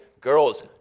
Girls